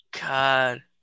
god